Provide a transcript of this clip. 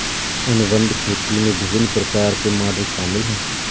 अनुबंध खेती में विभिन्न प्रकार के मॉडल शामिल हैं